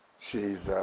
she's